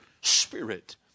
spirit